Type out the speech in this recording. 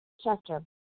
Chester